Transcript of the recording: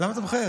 למה אתה מחייך?